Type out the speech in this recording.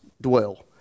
dwell